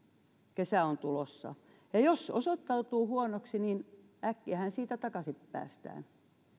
kesä on tulossa ja jos se osoittautuu huonoksi niin äkkiähän siitä takaisin päästään kiitos